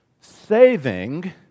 saving